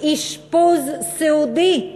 אשפוז סיעודי,